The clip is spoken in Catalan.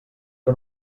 que